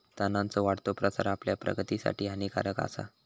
तणांचो वाढतो प्रसार आपल्या प्रगतीसाठी हानिकारक आसा